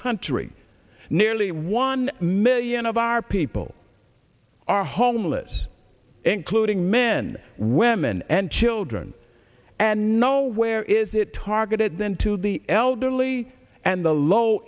country nearly one million of our people are homeless including men women and children and nowhere is it targeted then to the elderly and the low